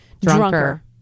drunker